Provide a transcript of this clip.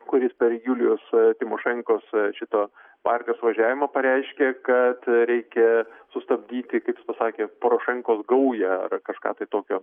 kuris per julijos tymošenkos šitą partijos suvažiavimą pareiškė kad reikia sustabdyti kaip jis pasakė porošenkos gaują ar kažką tokio